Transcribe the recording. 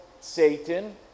Satan